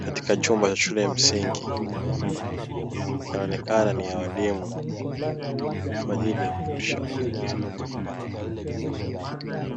katika chumba cha shule ya msingi, yanaonekana ni ya waalimu kwa ajili ya kufundisha wanafunzi